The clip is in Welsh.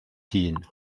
hun